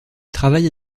travaille